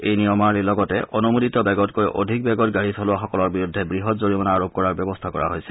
এই নিয়মাৱলীৰ লগতে অনুমোদিত বেগতকৈ অধিক বেগত গাড়ী চলোৱাসকলৰ বিৰুদ্ধে বৃহৎ জৰিমনা আৰোপ কৰাৰ ব্যৱস্থা কৰা হৈছে